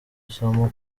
isomo